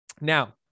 Now